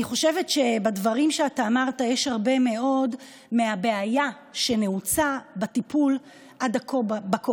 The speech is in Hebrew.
אני חושבת שבדברים שאתה אמרת יש הרבה מאוד מהבעיה שנעוצה בטיפול בקורונה